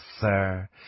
sir